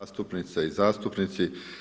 zastupnice i zastupnici.